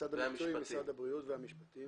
משרד המשפטים